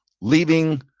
leaving